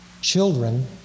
Children